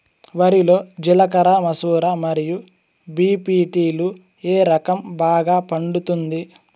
వరి లో జిలకర మసూర మరియు బీ.పీ.టీ లు ఏ రకం బాగా పండుతుంది